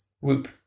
Whoop